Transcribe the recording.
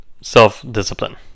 self-discipline